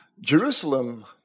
jerusalem